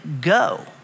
go